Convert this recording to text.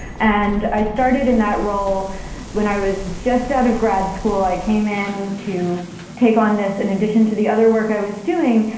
and i started in that role when i was just out of grad school. i came in to take on this in addition to the other work i was doing.